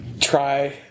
Try